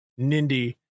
nindy